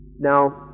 now